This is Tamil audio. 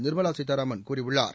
நிர்மலா சீதாராமன் கூறியுள்ளார்